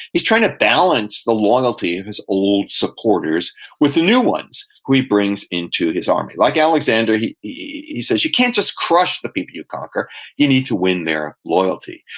he's trying to balance the loyalty of his old supporters with the new ones who he brings into his army. like alexander, he says, you can't just crush the people you conquer you need to win their loyalty.